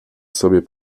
sobie